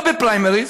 לא בפריימריז,